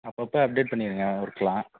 அப்போப்ப அப்டேட் பண்ணியிருங்க ஒர்க்லாம்